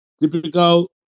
Typical